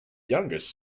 youngest